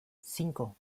cinco